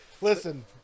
Listen